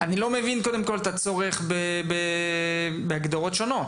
אני לא מבין, קודם כל, את הצורך בהגדרות שונות,